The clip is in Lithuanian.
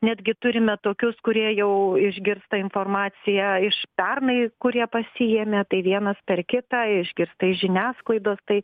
netgi turime tokius kurie jau išgirsta informaciją iš pernai kurie pasiėmė tai vienas per kitą išgirsta iš žiniasklaidos tai